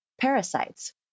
parasites